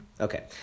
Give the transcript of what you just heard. okay